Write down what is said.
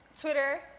Twitter